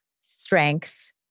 strength